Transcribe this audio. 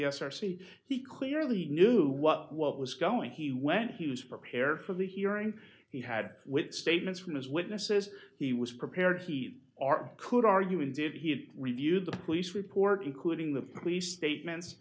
the s r c he clearly knew what what was going he went he was prepared for the hearing he had with statements from his witnesses he was prepared he r could argue and did he had reviewed the police report including the police statements